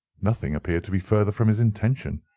nothing appeared to be further from his intention.